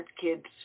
kids